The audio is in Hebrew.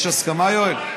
יש הסכמה, יואל?